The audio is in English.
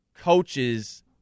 coaches –